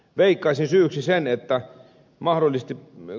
veikkaisin syyksi sen että mahdollisesti jo